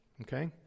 Okay